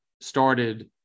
started